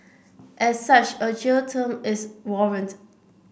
as such a jail term is warranted